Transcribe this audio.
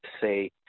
say